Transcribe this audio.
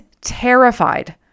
terrified